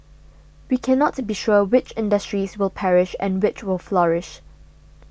we cannot be sure which industries will perish and which will flourish